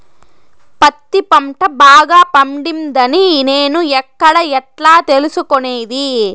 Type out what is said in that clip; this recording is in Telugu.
పత్తి పంట బాగా పండిందని నేను ఎక్కడ, ఎట్లా తెలుసుకునేది?